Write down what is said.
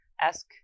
ask